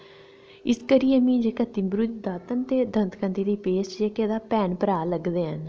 ते इस करियै मिगी तिंबरू दी दातन ते दंत कांति दी पेस्ट जेह्के तां भैन भ्राऽ लगदे हैन